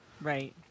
Right